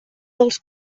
dels